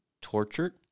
tortured